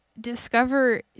discover